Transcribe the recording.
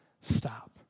stop